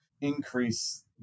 increase